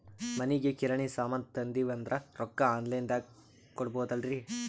ಮನಿಗಿ ಕಿರಾಣಿ ಸಾಮಾನ ತಂದಿವಂದ್ರ ರೊಕ್ಕ ಆನ್ ಲೈನ್ ದಾಗ ಕೊಡ್ಬೋದಲ್ರಿ?